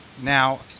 Now